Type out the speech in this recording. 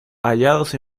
hallados